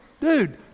dude